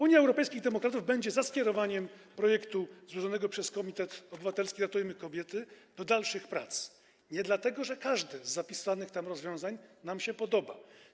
Unia Europejskich Demokratów będzie za skierowaniem projektu złożonego przez komitet obywatelski „Ratujmy kobiety” do dalszych prac nie dlatego, że każde z zapisanych tam rozwiązań nam się podoba.